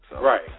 Right